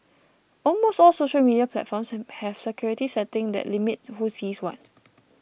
almost all social media platforms have security settings that limit who sees what